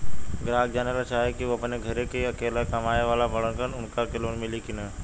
ग्राहक जानेला चाहे ले की ऊ अपने घरे के अकेले कमाये वाला बड़न उनका के लोन मिली कि न?